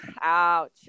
ouch